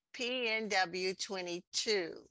PNW22